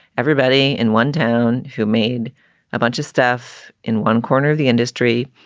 everybody in one town who made a bunch of stuff in one corner of the industry,